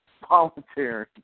volunteering